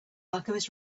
alchemist